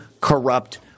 corrupt